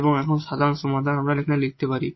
এবং এখন সাধারণ সমাধান আমরা লিখতে পারি